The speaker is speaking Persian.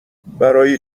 برای